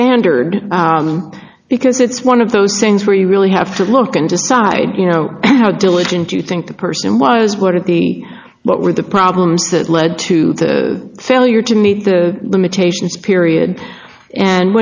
standard because it's one of those things where you really have to look and decide you know how diligent you think the person was worthy what were the problems that led to the failure to meet the limitations period and